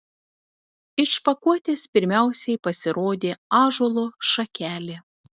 iš pakuotės pirmiausiai pasirodė ąžuolo šakelė